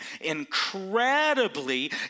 incredibly